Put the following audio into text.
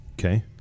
Okay